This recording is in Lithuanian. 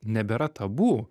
nebėra tabu